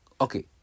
Okay